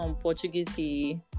Portuguese